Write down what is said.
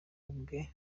ubwe